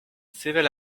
sevel